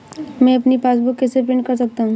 मैं अपनी पासबुक कैसे प्रिंट कर सकता हूँ?